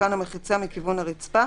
תותקן המחיצה מכיוון הרצפה